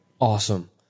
Awesome